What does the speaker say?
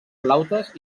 flautes